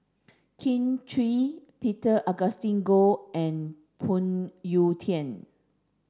Kin Chui Peter Augustine Goh and Phoon Yew Tien